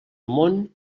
món